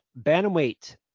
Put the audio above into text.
Bantamweight